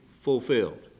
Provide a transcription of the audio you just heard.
fulfilled